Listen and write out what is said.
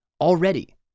already